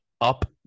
up